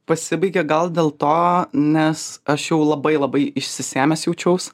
pasibaigė gal dėl to nes aš jau labai labai išsisėmęs jaučiaus